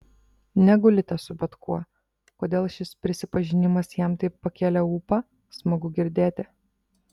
negulite su bet kuo kodėl šis prisipažinimas jam taip pakėlė ūpą smagu girdėti